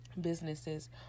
businesses